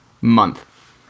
month